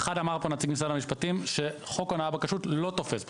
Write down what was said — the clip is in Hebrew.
אמר פה נציג משרד המשפטים שחוק הונאה בכשרות לא תופס פה.